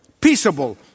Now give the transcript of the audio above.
peaceable